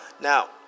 now